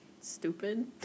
Stupid